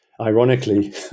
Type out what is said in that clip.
Ironically